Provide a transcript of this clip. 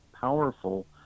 powerful